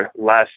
last